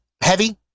heavy